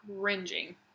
cringing